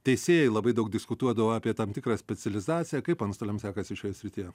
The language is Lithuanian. teisėjai labai daug diskutuodavo apie tam tikrą specializaciją kaip antstoliams sekasi šioj srityje